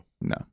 No